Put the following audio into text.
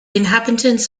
inhabitants